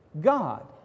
God